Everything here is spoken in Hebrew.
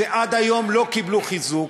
שעד היום לא קיבלו חיזוק.